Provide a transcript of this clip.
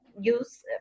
use